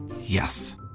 Yes